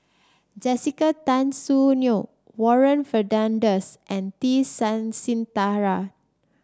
Jessica Tan Soon Neo Warren Fernandez and T Sasitharan